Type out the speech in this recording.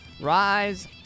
Rise